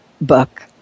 book